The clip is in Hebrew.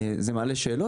שוב,